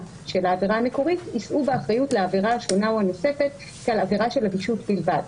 זכויות בהליך הפלילי,